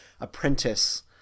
apprentice